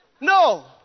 No